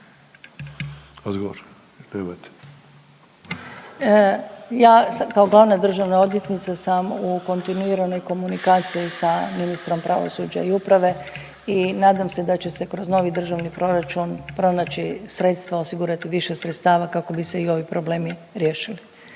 Ja kao glavna državna odvjetnica sam u kontinuiranoj komunikaciji sa ministrom pravosuđa i uprave i nadam se da će se kroz novi državni proračun pronaći sredstva, osigurati u više sredstava kako bi se i ovi problemi riješili